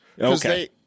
okay